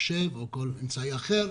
מחשב או כל אמצעי אחר,